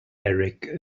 eric